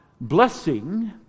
blessing